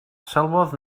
sylwodd